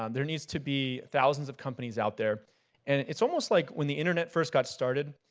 um there needs to be thousands of companies out there and it's almost like when the internet first got started,